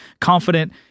confident